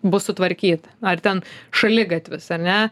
bus sutvarkyta ar ten šaligatvis ar ne